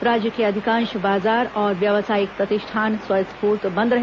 राज्य के अधिकांश बाजार और व्यावसायिक प्रतिष्ठान स्वस्फूर्त बंद रहे